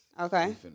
Okay